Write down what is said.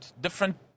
different